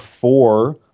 four